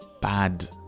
bad